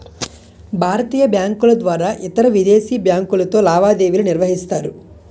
భారతీయ బ్యాంకుల ద్వారా ఇతరవిదేశీ బ్యాంకులతో లావాదేవీలు నిర్వహిస్తారు